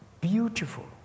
beautiful